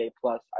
plus